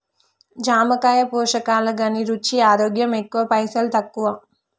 జామకాయ పోషకాల ఘనీ, రుచి, ఆరోగ్యం ఎక్కువ పైసల్ తక్కువ